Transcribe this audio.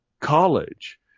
college